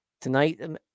tonight